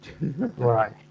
Right